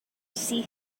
see